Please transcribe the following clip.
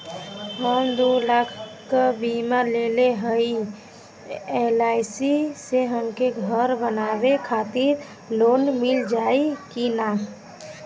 हम दूलाख क बीमा लेले हई एल.आई.सी से हमके घर बनवावे खातिर लोन मिल जाई कि ना?